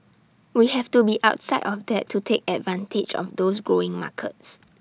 we have to be outside of that to take advantage of those growing markets